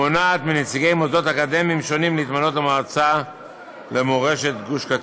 המונעת מנציגי מוסדות אקדמיים שונים להתמנות למועצה למורשת גוש קטיף.